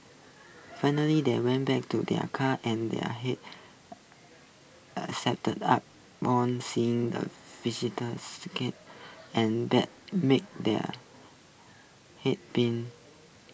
finally they went back to their car and their hearts up one seeing the and that make there had been